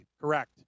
correct